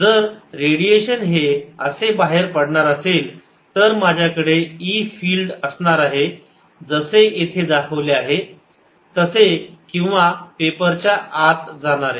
जर रेडिशन हे असे बाहेर पडणार असेल तर माझ्याकडे E फिल्ड असणार आहे जसे येथे दाखवले आहे तसे किंवा पेपरच्या आत जाणारे